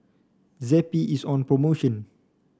Zappy is on promotion